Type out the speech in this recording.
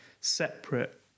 separate